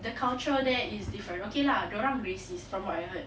the culture there is different okay lah dorang racists from what I heard